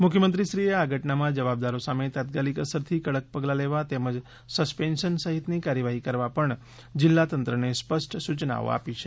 મુખ્યમંત્રી શ્રીએ આ ઘટનામાં જવાબદારો સામે તાત્કાલિક અસરથી કડક પગલાં લેવા તેમજ સસ્પેન્શન સહિતની કાર્યવાહી કરવા પણ જિલ્લા તંત્રને સ્પષ્ટ સૂચનાઓ આપી છે